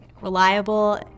reliable